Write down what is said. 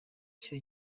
cyo